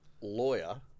lawyer